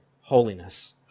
holiness